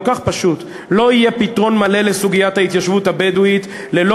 כל כך פשוט: לא יהיה פתרון מלא לסוגיית ההתיישבות הבדואית ללא